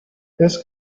this